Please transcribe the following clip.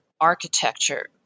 architecture